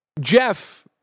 Jeff